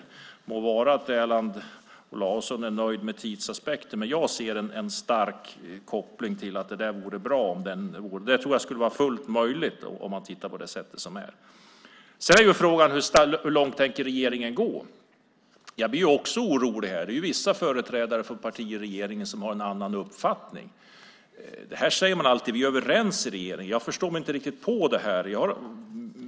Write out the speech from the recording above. Det må så vara att Erland Olauson är nöjd med tidsaspekten. Men jag ser en stark koppling till att detta vore bra och fullt möjligt. Sedan är frågan hur långt regeringen tänker gå. Jag blir också orolig här. Det är vissa företrädare från partier i regeringen som har en annan uppfattning. Här säger man alltid att man är överens i regeringen. Jag förstår mig inte riktigt på det här.